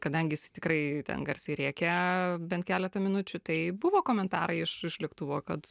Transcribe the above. kadangi jis tikrai ten garsiai rėkė bent keletą minučių tai buvo komentarai iš iš lėktuvo kad